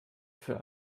für